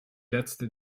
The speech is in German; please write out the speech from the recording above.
letzte